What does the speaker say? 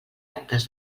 actes